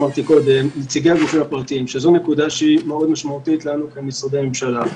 אנחנו מכריעים.